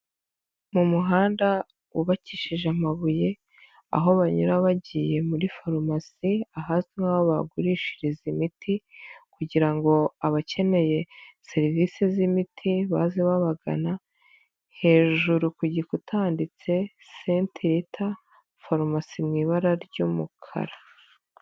Mu muhanda wubakishije amabuye, aho banyura bagiye muri farumasi, ahazwi nk'aho bagurishiriza imiti kugira ngo abakeneye serivisi z'imiti baze babagana, hejuru ku gikuta handitse Saint Rita farumasi mu ibara ry'umukara.